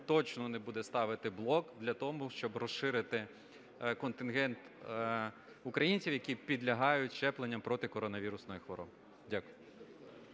точно не буде ставити блок для того, щоб розширити контингент українців, які підлягають щепленню проти коронавірусної хвороби. Дякую.